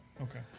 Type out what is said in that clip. Okay